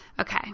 Okay